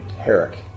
Herrick